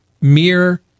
mere